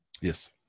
yes